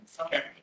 Okay